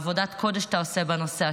עבודת קודש אתה עושה בנושא.